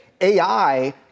AI